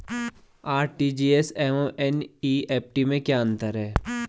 RTGS एवं NEFT में क्या अंतर है?